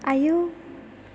आयौ